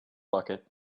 bucket